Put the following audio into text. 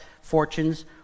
fortunes